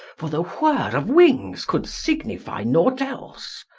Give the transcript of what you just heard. for the whirr of wings could signify naught else.